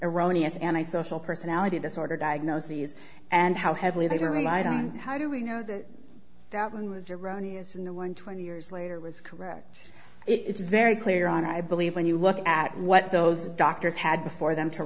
iranians and i social personality disorder diagnoses and how heavily they were light on how do we know that that one was erroneous in the one twenty years later was correct it's very clear on i believe when you look at what those doctors had before them to